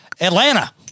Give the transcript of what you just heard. Atlanta